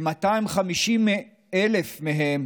כ-250,000 מהם